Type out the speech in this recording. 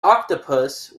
octopus